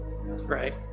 right